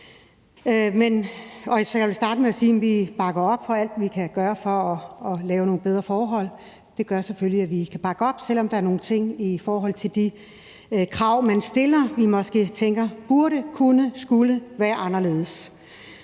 Jeg vil starte med at sige, at vi bakker op om alt, hvad vi kan gøre for at lave nogle bedre forhold. Det gør selvfølgelig, at vi kan bakke op, selv om der er nogle ting i forhold til de krav, man stiller, vi måske tænker burde, kunne, skulle være anderledes.